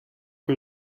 que